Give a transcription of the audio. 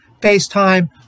FaceTime